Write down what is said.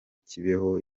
kibeho